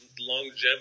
longevity